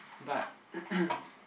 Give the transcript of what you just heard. but